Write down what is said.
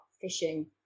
fishing